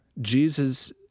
Jesus